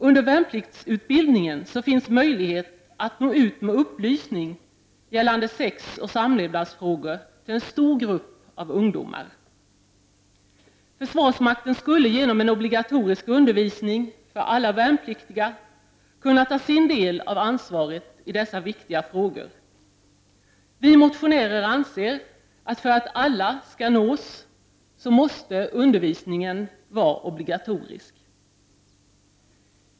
Under värnpliktsutbildningen finns möjlighet att nå ut med upplysning gällande sex och samlevnad till en stor grupp ungdomar. Försvarsmakten skulle genom en obligatorisk undervisning för alla värnpliktiga kunna ta sin del av ansvaret i dessa viktiga frågor. Vi motionärer anser att undervisningen, för att alla skall nås, måste vara obligatorisk.